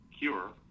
cure